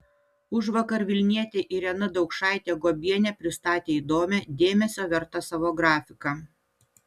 užvakar vilnietė irena daukšaitė guobienė pristatė įdomią dėmesio vertą savo grafiką